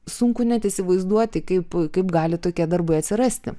sunku net įsivaizduoti kaip kaip gali tokie darbai atsirasti